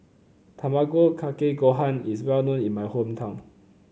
Tamago Kake Gohan is well known in my hometown